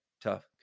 tough